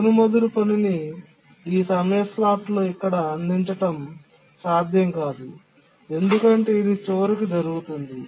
చెదురుమదురు పనిని ఈ సమయ స్లాట్లో ఇక్కడ అందించడం సాధ్యం కాదు ఎందుకంటే ఇది చివరికి జరిగింది